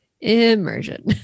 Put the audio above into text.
Immersion